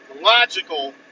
logical